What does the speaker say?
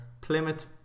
Plymouth